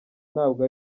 ntabwo